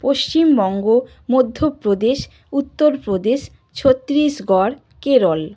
Paschimbanga Madhya Pradesh Uttar Pradesh Chhattisgarh Kerala